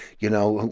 you know,